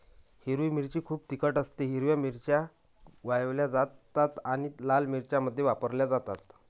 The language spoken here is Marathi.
हिरवी मिरची खूप तिखट असतेः हिरव्या मिरच्या वाळवल्या जातात आणि लाल मिरच्यांमध्ये वापरल्या जातात